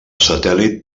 satèl·lit